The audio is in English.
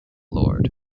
lord